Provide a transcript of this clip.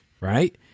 Right